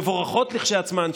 מבורכות כשלעצמן,